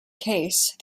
case